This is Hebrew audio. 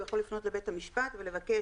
הוא יכול לפנות לבית המשפט ולבקש